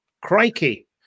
Crikey